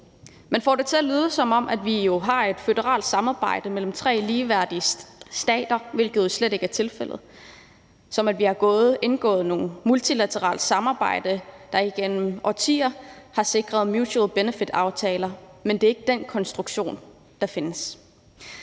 Man får det til at lyde, som om vi har et føderalt samarbejde mellem tre ligeværdige stater, hvilket jo slet ikke er tilfældet, som om vi har indgået multilateralt samarbejde, der igennem årtier har sikret mutual benefit-aftaler, men det er ikke den konstruktion, der findes.